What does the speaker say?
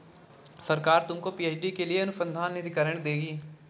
सरकार तुमको पी.एच.डी के लिए अनुसंधान निधिकरण देगी